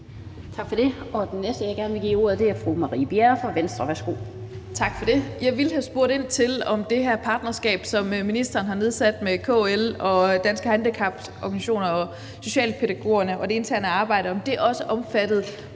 Tak for det. Den næste, jeg gerne vil give ordet, er fru Marie Bjerre fra Venstre. Værsgo. Kl. 19:09 Marie Bjerre (V): Tak for det. Jeg ville have spurgt ind til, om det her partnerskab, som ministeren har nedsat med KL og Danske Handicaporganisationer og socialpædagogerne og det interne arbejde, også omfatter